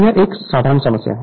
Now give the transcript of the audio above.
तो यह एक साधारण समस्या है